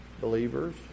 believers